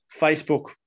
Facebook